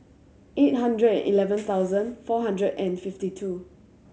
eight hundred and eleven thousand four hundred and fifty two